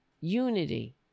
unity